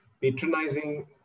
patronizing